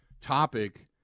topic